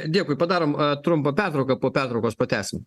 dėkui padarom trumpą pertrauką po pertraukos pratęsim